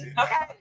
okay